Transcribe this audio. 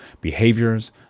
behaviors